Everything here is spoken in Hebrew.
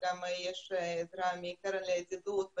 בנוסף לכך יש עזרה מהקרן לידידות,